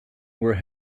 were